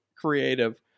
creative